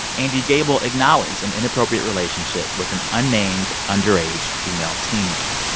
andy gabel acknowledged an inappropriate relationship with an unnamed, underage female teammate.